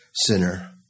sinner